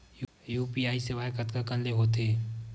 UPI सेवाएं कतका कान ले हो थे?